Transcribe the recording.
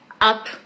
up